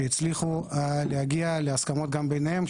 שהצליחו להגיע להסכמות גם ביניהם,